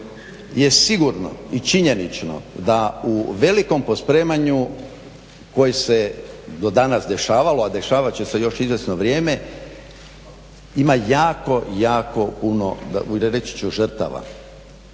je sigurno i činjenično da u velikom pospremanju koji se do danas dešavalo, a dešavat će se još izvjesno vrijeme ima jako, jako puno reći ću žrtava.